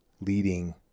leading